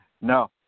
No